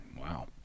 wow